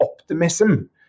optimism